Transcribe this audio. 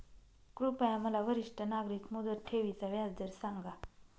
कृपया मला वरिष्ठ नागरिक मुदत ठेवी चा व्याजदर सांगा